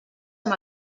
amb